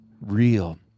real